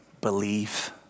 believe